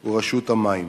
הוא רשות המים.